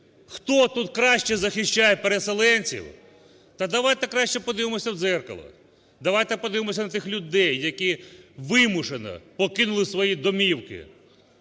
хто тут краще захищає переселенців, та давайте краще подивимося в дзеркало, давайте подивимося на тих людей, які вимушено покинули свої домівки,